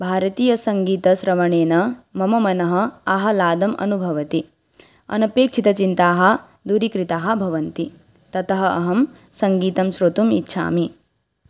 भारतीयसङ्गीतश्रवणेन मम मनः आह्लादम् अनुभवति अनपेक्षितचिन्ताः दूरीकृताः भवन्ति ततः अहं सङ्गीतं श्रोतुम् इच्छामि